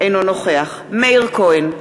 אינו נוכח מאיר כהן,